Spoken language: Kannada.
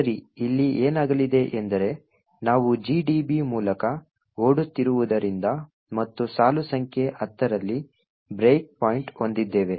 ಸರಿ ಇಲ್ಲಿ ಏನಾಗಲಿದೆ ಎಂದರೆ ನಾವು GDB ಮೂಲಕ ಓಡುತ್ತಿರುವುದರಿಂದ ಮತ್ತು ಸಾಲು ಸಂಖ್ಯೆ 10 ರಲ್ಲಿ ಬ್ರೇಕ್ ಪಾಯಿಂಟ್ ಹೊಂದಿದ್ದೇವೆ